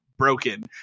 broken